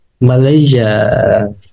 Malaysia